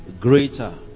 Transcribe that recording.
greater